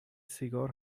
سیگار